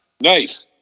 Nice